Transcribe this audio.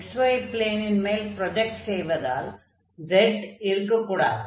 xy ப்ளேனின் மேல் project செய்ததால் z இருக்கக் கூடாது